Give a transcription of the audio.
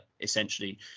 essentially